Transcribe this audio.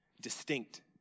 distinct